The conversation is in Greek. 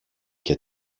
και